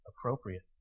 appropriate